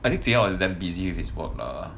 I think jing yao is damn busy with his work lah